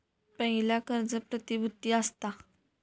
पयला कर्ज प्रतिभुती असता